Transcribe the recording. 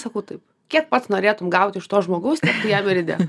sakau taip kiek pats norėtum gauti iš to žmogaus jeigu ir įdės